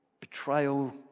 Betrayal